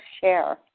share